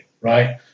right